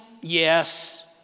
Yes